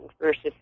versus